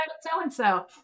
so-and-so